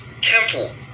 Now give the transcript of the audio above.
temple